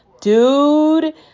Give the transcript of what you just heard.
dude